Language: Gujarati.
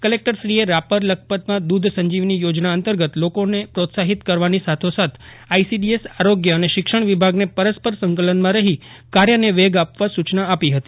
કલેકટરશ્રીએ રાપર લખપતમાં દૂધ સંજીવની યોજના અંતર્ગત લોકોને પ્રોત્સાહિત કરવાની સાથો સાથ આઇસીડીએસ આરોગ્ય અને શિક્ષણ વિભાગને પરસ્પર સંકલનમાં રહી કાર્યને વેગ આપવા સુચના આપી હતી